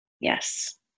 Yes